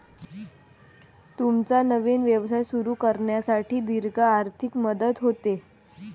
तुमचा नवीन व्यवसाय सुरू करण्यासाठी दीर्घ आर्थिक मदत होते